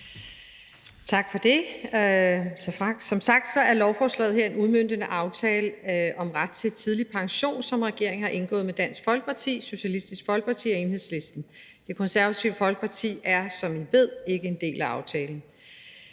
Tak for det. Som sagt er lovforslaget her en udmøntning af aftalen om ret til tidlig pension, som regeringen har indgået med Dansk Folkeparti, Socialistisk Folkeparti og Enhedslisten. Det Konservative Folkeparti er, som I ved, ikke en del af aftalen.